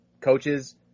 coaches